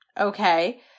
Okay